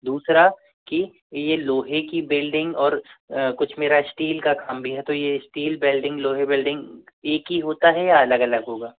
दूसरा की ये लोहे की बेल्डिंग और कुछ मेरा स्टील का काम भी है तो ये स्टील बेल्डिंग लोहे बेल्डिंग एक ही होता है या अलग अलग होगा